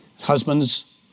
Husbands